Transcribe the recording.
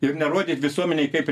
ir nerodyt visuomenei kaip